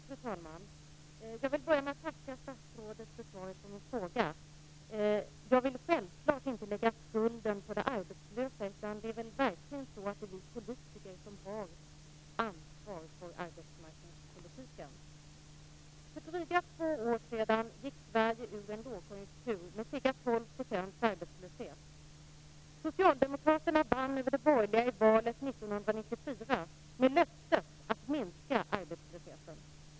Fru talman! Jag vill börja med att tacka statsrådet för svaret på min fråga. Jag vill självklart inte lägga skulden på de arbetslösa. Det är vi politiker som verkligen har ansvar för arbetsmarknadspolitiken. För drygt två år sedan gick Sverige ur en lågkonjunktur med ca 12 % arbetslöshet. Socialdemokraterna vann över de borgerliga i valet 1994 med löftet att minska arbetslösheten.